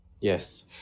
Yes